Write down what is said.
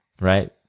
Right